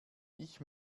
ich